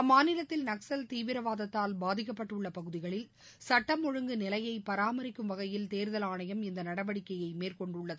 அம்மாநிலத்தில் நக்ஸல் தீவிரவாதத்தால் பாதிக்கப்பட்டுள்ள பகுதிகளில் சட்ட ஒழுங்கு நிலைய பாராமரிக்கும் வகையில் தேர்தல் ஆணையம் இந்த நடவடிக்கையை மேற்கொண்டுள்ளது